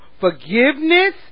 Forgiveness